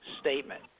statement